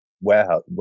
warehouse